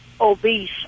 obese